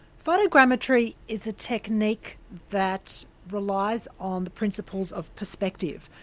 photogrammetry is a technique that relies on the principles of perspective.